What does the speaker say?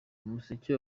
umuseke